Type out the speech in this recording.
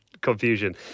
confusion